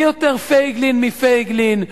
מי יותר פייגלין מפייגלין.